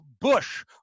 bush